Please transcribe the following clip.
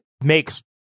makes